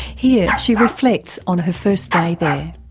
here she reflects on her first day there.